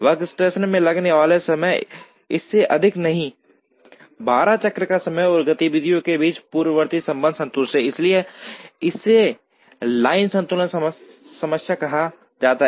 workstation में लगने वाला समय इससे अधिक नहीं है 12 चक्र का समय और गतिविधियों के बीच पूर्ववर्ती संबंध संतुष्ट हैं इसलिए इसे लाइन संतुलन समस्या कहा जाता है